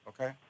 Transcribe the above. Okay